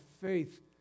faith